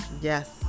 Yes